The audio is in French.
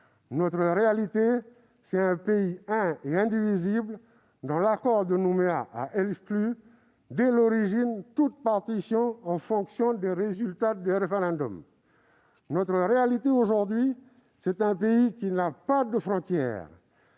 Notre réalité, c'est un pays un et indivisible, dont l'accord de Nouméa a exclu, dès l'origine, toute partition en fonction des résultats du référendum. Notre réalité, c'est un pays qui n'a pas de frontières.